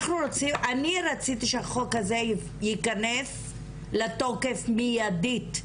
אני רציתי שהחוק הזה ייכנס לתוקף מיידית,